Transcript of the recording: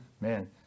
Man